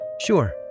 Sure